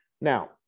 Now